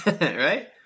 right